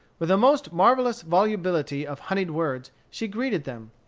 with the most marvellous volubility of honeyed words she greeted them.